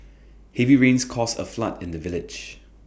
heavy rains caused A flood in the village